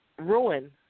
ruin